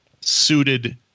suited